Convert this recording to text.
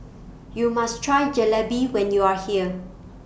YOU must Try Jalebi when YOU Are here